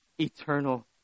eternal